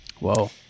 Whoa